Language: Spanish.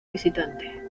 visitante